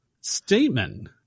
statement